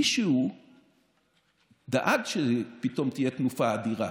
מישהו דאג שפתאום תהיה תנופה אדירה,